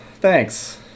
Thanks